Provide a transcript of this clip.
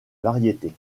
variétés